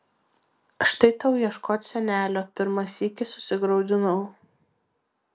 štai tau ieškot senelio pirmą sykį susigraudinau